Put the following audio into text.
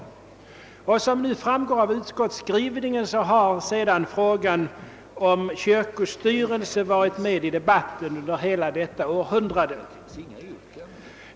Enligt vad som nu framgår av utskottets skrivning har frågan om kyrkostyrelse varit med i debatten under hela detta århundrade.